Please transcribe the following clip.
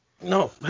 No